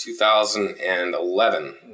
2011